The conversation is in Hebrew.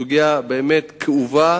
הסוגיה באמת כאובה,